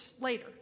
later